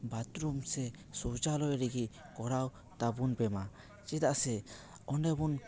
bathroom ᱥᱮ ᱥᱳᱣᱪᱟᱞᱚᱭ ᱨᱮᱜᱮ ᱠᱚᱨᱟᱣ ᱛᱟᱵᱚᱱ ᱯᱮᱢᱟ ᱪᱮᱫᱟᱜ ᱥᱮ ᱚᱸᱰᱮᱵᱚᱱ